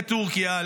לטורקיה,